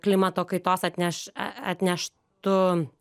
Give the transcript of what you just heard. klimato kaitos atneš a atneštu